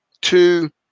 Two